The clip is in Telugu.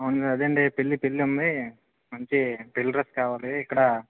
అవును అదేండి పెళ్ళి పెళ్ళి ఉంది మంచి పెళ్ళి డ్రెస్ కావాలి ఇక్కడ